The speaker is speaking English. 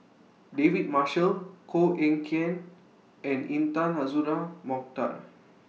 David Marshall Koh Eng Kian and Intan Azura Mokhtar